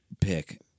pick